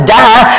die